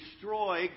destroy